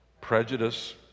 prejudice